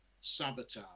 sabotage